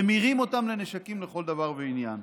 ממירים אותם לנשקים לכל דבר ועניין.